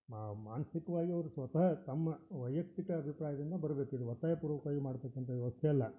ಮಾ ಮಾನಸಿಕವಾಗಿ ಅವ್ರು ಸ್ವತಹ ತಮ್ಮ ವೈಯಕ್ತಿಕ ಅಭಿಪ್ರಾಯದಿಂದ ಬರ್ಬೇಕು ಇದು ಒತ್ತಾಯ ಪೂರ್ವಕವಾಗಿ ಮಾಡ್ತಕಂಥ ವ್ಯವಸ್ಥೆ ಅಲ್ಲ